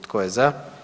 Tko je za?